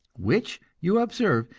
which, you observe,